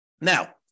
Now